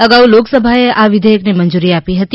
અગાઉ લોકસભાએ આ વિઘેચકને મંજૂરી આપી હતી